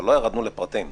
אבל לא ירדנו לפרטים.